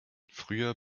früher